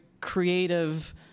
creative